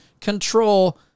control